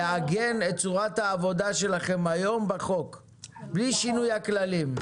לעגן את צורת העבודה שלכם היום בחוק בלי שינוי הכללים.